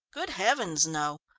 good heavens, no!